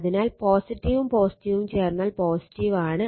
അതിനാൽ ഉം ഉം ചേർന്നാൽ ആണ്